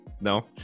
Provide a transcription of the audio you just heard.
No